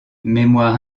mémoire